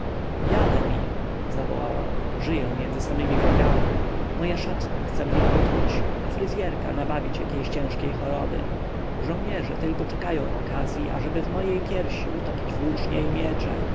mi zawołała żyję między samymi wrogami moja szatna chce mnie otruć a fryzjerka nabawić jakiej ciężkiej choroby żołnierze tylko czekają okazji ażeby w mej piersi utopić włócznie i miecze